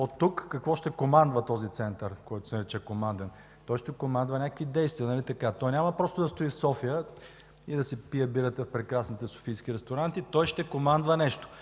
оттук какво ще командва този център, който се нарича „команден“. Той ще командва някакви действия, нали така? Той няма просто да стои в София и да си пият бирата в прекрасните софийски ресторанти. Той ще командва нещо.